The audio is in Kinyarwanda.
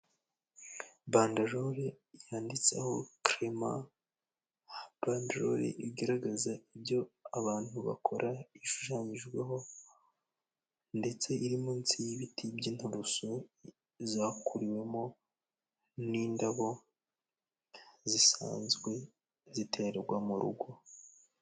Bandelore yanditseho kelema banderoli igaragaza ibyo abantu bakora ishushanyijweho, ndetse iri munsi y'ibiti by'inturusu, zakuriwemo n'indabo zisanzwe ziterwa mu rugo.